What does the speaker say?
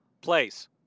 place